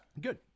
good